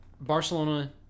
Barcelona